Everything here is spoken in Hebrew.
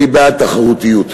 אני בעד תחרותיות,